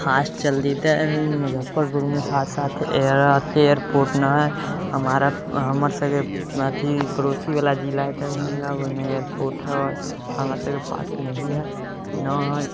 fast चलती तऽ मुजफ्फरपुरमे साथ साथ एयर अथि एयरपोर्ट न हइ हमारा हमरसभके अथि पड़ोसीवला जिला हइ दरभङ्गा ओहिमे एयरपोर्ट हइ हमरासभके पास नही है न हइ